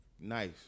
Nice